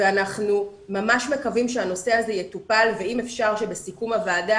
ואנחנו ממש מקווים שהנושא יטופל ואם אפשר שבסיכום הוועדה